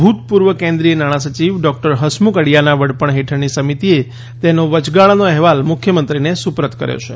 ભુતપૂર્વ કેન્દ્રીય નાણાં સચિવ ડોક્ટર હસમુખ અઢીયાના વડપણ હેઠળની સમિતીએ તેનો વચગાળાનો અહેવાલ મુખ્યમંત્રીને સુપરત કર્યો છે